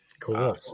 Cool